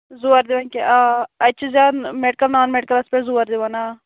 زوٗر دِوان کیٚنٛہہ آ اَتہِ چھِ زیادٕ میٚڈِکَل نان میڈِکَلَس پیٚٹھ زور دِوان آ